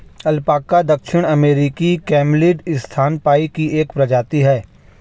alpaca दक्षिण अमेरिकी camelid स्तनपायी की एक प्रजाति है